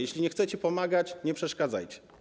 Jeśli nie chcecie pomagać, nie przeszkadzajcie.